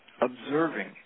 observing